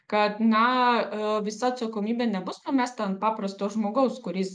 kad na e visa atsakomybė nebus numesta ant paprasto žmogaus kuris